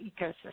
ecosystem